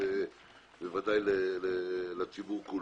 בוודאי לציבור כולו.